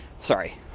sorry